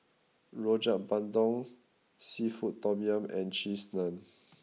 Rojak Bandung Seafood Tom Yum and Cheese Naan